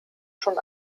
schon